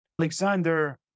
Alexander